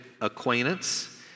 acquaintance